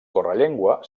correllengua